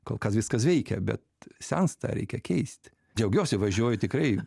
kol kas viskas veikia bet sensta reikia keisti džiaugiuosi važiuoju tikrai